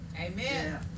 Amen